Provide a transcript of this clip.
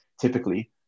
typically